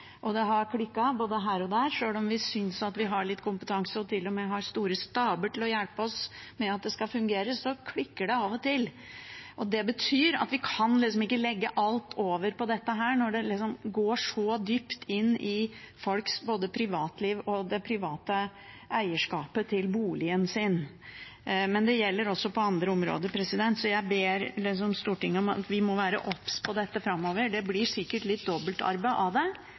og det har klikket både her og der. Selv om vi synes at vi har litt kompetanse, og til og med har store staber til å hjelpe oss med at det skal fungere, så klikker det av og til. Det betyr at vi ikke kan legge alt over på dette når det går så dypt inn i både folks privatliv og det private eierskapet til boligen deres. Men det gjelder også på andre områder. Så jeg ber Stortinget om at vi må være obs på dette framover. Det blir sikkert litt dobbeltarbeid av det,